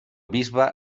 bisbe